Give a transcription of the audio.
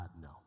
No